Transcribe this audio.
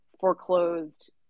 foreclosed